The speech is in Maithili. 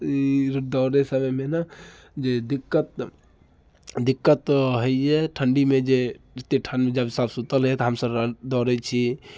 ई दौड़ैत समयमे ने जे दिक्कत दिक्कत होइए ठण्डीमे जे एतेक ठण्ड जब सब सुतल रहैया तऽ हमसब दौड़ैत छी